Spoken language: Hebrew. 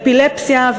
אפילפסיה,